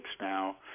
now